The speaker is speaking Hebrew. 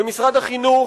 ומשרד החינוך,